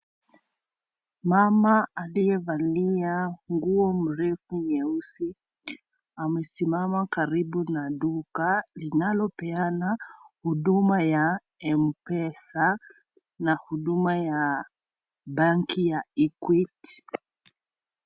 Mama aliyevalia nguo mrefu nyeusi. Amesimama karibu na duka linalopeana huduma ya Mpesa na huduma ya benki ya Equity.